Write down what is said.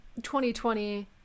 2020